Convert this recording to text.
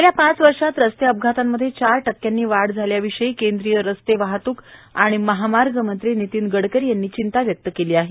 गेल्या पाच वर्षात रस्ते अपघातांमध्ये चार टक्क्यांनी वाढ झाल्याविषयी केंद्रीय रस्ते वाहतूक आणि महामार्ग मंत्री नितीन गडकरी यांनी चिंता व्यक्त केली आहे